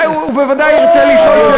הוא בוודאי ירצה לשאול שאלות,